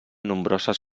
nombroses